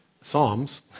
Psalms